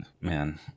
man